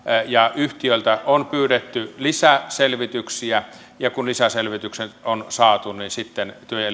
ja yhtiöltä on pyydetty lisäselvityksiä ja kun lisäselvitykset on saatu niin sitten työ ja